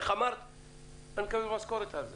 אני מקבל משכורת על זה,